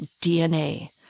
DNA